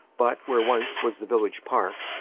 but where once was the village park,